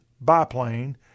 biplane